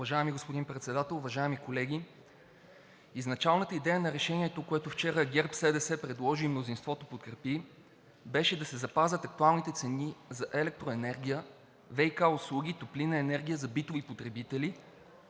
Уважаеми господин Председател, уважаеми колеги! Изначалната идея на решението, което вчера ГЕРБ-СДС предложи и мнозинството подкрепи, беше да се запазят актуалните цени за електроенергия, ВиК услуги, топлинна енергия за битови потребители